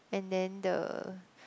and then the